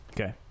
okay